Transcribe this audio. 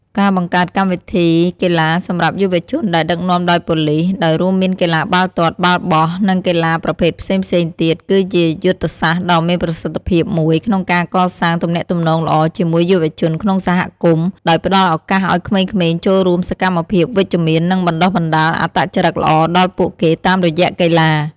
ការបង្កើកម្មវិធីកីឡាសម្រាប់យុវជនដែលដឹកនាំដោយប៉ូលិស ដោយរួមមានកីឡាបាល់ទាត់ បាល់បោះ និងកីឡាប្រភេទផ្សេងៗទៀត គឺជាយុទ្ធសាស្ត្រដ៏មានប្រសិទ្ធិភាពមួយក្នុងការកសាងទំនាក់ទំនងល្អជាមួយយុវជនក្នុងសហគមន៍ ដោយផ្តល់ឱកាសឲ្យក្មេងៗចូលរួមសកម្មភាពវិជ្ជមាន និងបណ្តុះបណ្តាលអត្តចរិតល្អដល់ពួកគេតាមរយៈកីឡា។